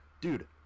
dude